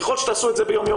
ככל שתעשו את זה ביום-יומיים,